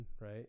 right